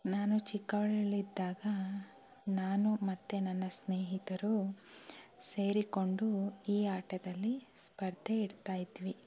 ನಾನು ಚಿಕ್ಕವಳಿದ್ದಾಗ ನಾನು ಮತ್ತು ನನ್ನ ಸ್ನೇಹಿತರು ಸೇರಿಕೊಂಡು ಈ ಆಟದಲ್ಲಿ ಸ್ಪರ್ಧೆ ಇಡ್ತಾಯಿದ್ವಿ